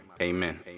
amen